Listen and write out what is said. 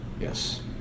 Yes